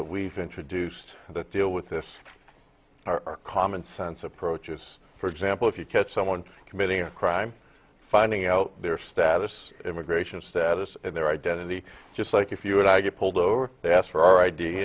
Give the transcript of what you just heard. that we've introduced the deal with this are common sense approaches for example if you catch someone committing a crime finding out their status immigration status and their identity just like if you and i get pulled over they ask for